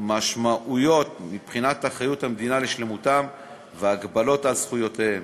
משמעויות מבחינת אחריות המדינה לשלמותם והגבלות על זכויותיהם.